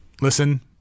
listen